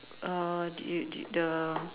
uh did you did the